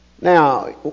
Now